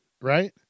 right